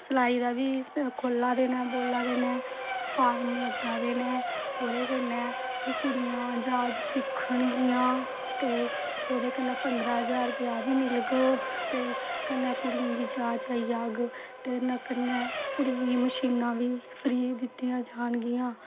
सिलाई दा बी खोह्ला दे न बोल्ले दे न फार्म लग्गा दे न ओह्दे कन्नै कि कुड़ियां जाच सिक्खन गियां ते ओह्दै कन्नै पंदरां हजार रूपेआ बी मिलग ते कन्नै कुडियें गी जाच आई जाग ते कन्नै कुड़ियां गी मशीनां फ्री दित्तियां जान गियां